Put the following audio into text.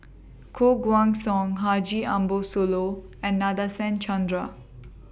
Koh Guan Song Haji Ambo Sooloh and Nadasen Chandra